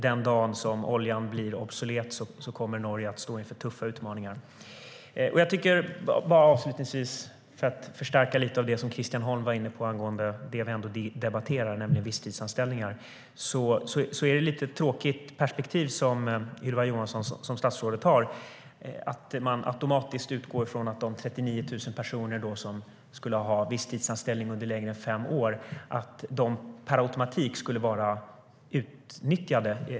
Den dagen som oljan blir obsolet kommer Norge att stå inför tuffa utmaningar. Avslutningsvis vill jag lite förstärka det som Christian Holm var inne på angående det vi ändå debatterar, nämligen visstidsanställningar. Det är ett lite tråkigt perspektiv som statsrådet Ylva Johansson har. Man utgår från att de 39 000 personer som skulle ha visstidsanställning under längre än fem år per automatik skulle vara utnyttjade.